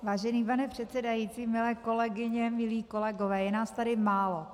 Vážený pane předsedající, milé kolegyně, milí kolegové, je nás tady málo.